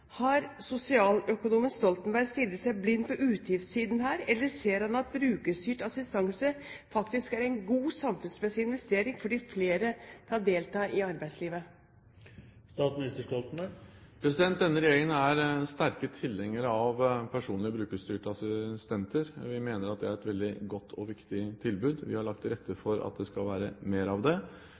Har sosialøkonomen Stoltenberg stirret seg blind på utgiftssiden her, eller ser han at brukerstyrt assistanse faktisk er en god samfunnsmessig investering, fordi flere kan delta i arbeidslivet? Denne regjeringen er en sterk tilhenger av brukerstyrte personlige assistenter. Vi mener at det er et veldig godt og viktig tilbud. Vi har lagt til rette for at det skal være mer av det,